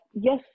yes